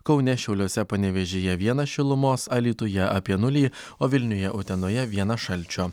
kaune šiauliuose panevėžyje vienas šilumos alytuje apie nulį o vilniuje utenoje vieną šalčio